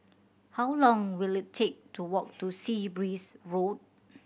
how long will it take to walk to Sea Breeze Road